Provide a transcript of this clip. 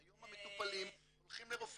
היום המטופלים הולכים לרופא,